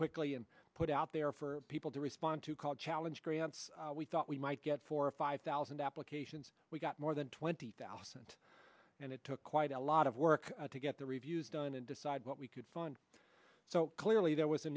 quickly and put out there for people to respond to called challenge grants we thought we might get four or five thousand applications we got more than twenty thousand and it took quite a lot of work to get the reviews done and decide what we could find so clearly there was a